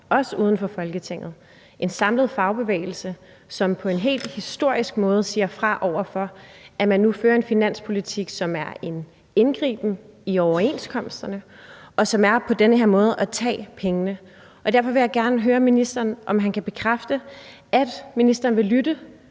også uden for Folketinget: en samlet fagbevægelse, som på en helt historisk måde siger fra over for, at man nu fører en finanspolitik, som er en indgriben i overenskomsterne, og at man tager pengene på den her måde. Derfor vil jeg gerne høre ministeren, om han kan bekræfte, at ministeren vil lytte